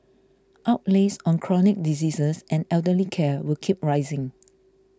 outlays on chronic diseases and elderly care will keep rising